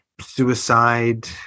suicide